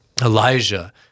Elijah